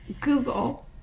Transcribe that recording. Google